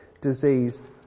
diseased